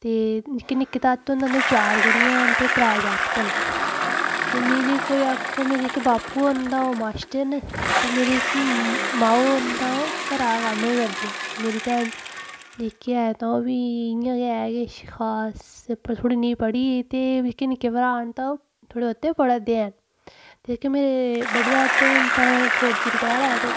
ते निक्के निक्के तातो ते उं'दे चार कुड़ियां न ते त्रै जागत न ते मेरी कोई आक्खो मेरी इक बापू होर न तां ओह् माश्टर न ते मेरे जेह्की मां होर न तां ओह् घरै दा कम्म गै करदियां ते मेरी भैन जेह्की ऐ तां ओह् बी इ'यां गै ऐ किश खास पर नि थोह्ड़ी नि पढ़ी ते जेह्के निक्के भ्राऽ न तां ओह् थोह्ड़े बोह्ते पढ़ै दे हैन जेह्के मेरे बड्डे तातो न तां ओह् फौजी रटैर आए दे